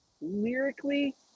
lyrically